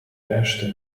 решти